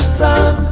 time